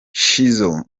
shizzo